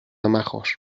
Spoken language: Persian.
مخور